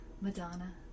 Madonna